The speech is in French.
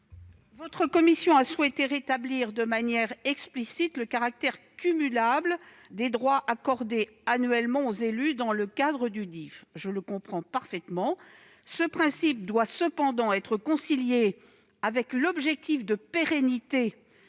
votre commission a souhaité rétablir de manière explicite le caractère cumulable des droits accordés annuellement aux élus dans le cadre du DIFE. Je le comprends parfaitement, mais ce principe doit être concilié avec l'objectif de pérennité